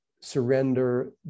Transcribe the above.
Surrender